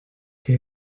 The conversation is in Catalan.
que